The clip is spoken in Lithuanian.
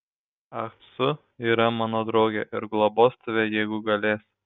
ah su yra mano draugė ir globos tave jeigu galės